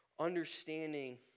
Understanding